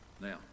now